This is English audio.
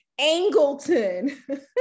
Angleton